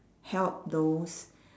help those